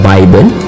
Bible